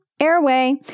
airway